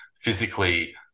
physically